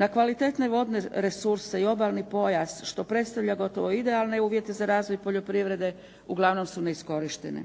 na kvalitetne vodne resurse i obalni posao što predstavlja gotovo idealne uvjete za razvoj poljoprivrede uglavnom su neiskorištene.